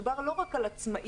מדובר לא רק על עצמאים,